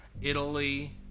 Italy